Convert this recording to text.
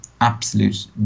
absolute